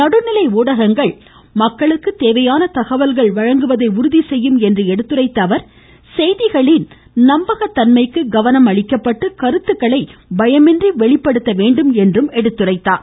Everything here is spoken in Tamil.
நடுநிலை ஊடகங்கள் மக்களுக்கு தகவல்கள் வழங்குவதை உறுதி செய்யும் என்று எடுத்துரைத்த அவர் செய்திகளின் உண்மை தன்மைக்கு கவனம் அளிக்கப்பட்டு கருத்துக்களை பயமின்றி வெளிப்படுத்த வேண்டும் என்று குறிப்பிட்டார்